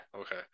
okay